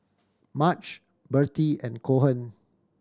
Marge Birtie and Cohen